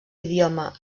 idioma